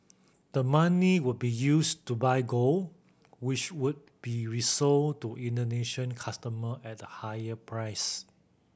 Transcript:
the money would be used to buy gold which would be resold to Indonesian customer at a higher price